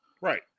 Right